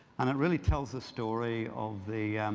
and it really tells the story of the